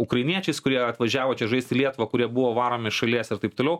ukrainiečiais kurie atvažiavo čia žaist į lietuvą kurie buvo varomi šalies ir taip toliau